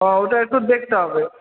ও ওটা একটু দেখতে হবে